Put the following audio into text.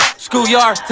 schoolyard